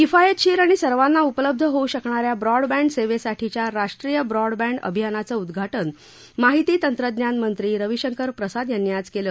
किफायतशीर आणि सर्वांना उपलब्ध होऊ शकणा या ब्रॉडबँड सेवेसाठीच्या राष्ट्रीय ब्रॉडबँड अभियानाचं उद्घाटन माहिती तंत्रज्ञानमंत्री रविशंकर प्रसाद यांनी आज केलं